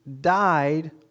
died